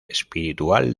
espiritual